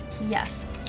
Yes